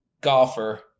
golfer